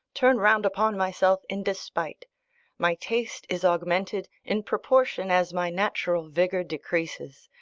turn round upon myself in despite my taste is augmented in proportion as my natural vigour decreases,